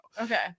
Okay